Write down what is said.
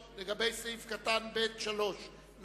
אנחנו עוברים לסעיף 133(1) הקבוצות השונות מבקשות להסתייג.